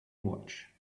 watch